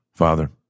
Father